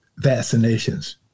vaccinations